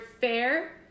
fair